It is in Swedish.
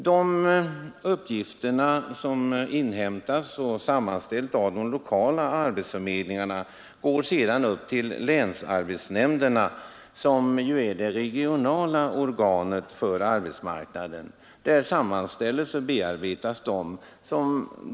De uppgifter som inhämtas och sammanställs av de lokala arbetsförmedlingarna går sedan till länsarbetsnämnderna, det regionala organet för arbetsmarknaden. Där sammanställs och bearbetas dessa prognoser.